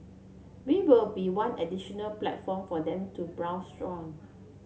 we will be one additional platform for them to browse on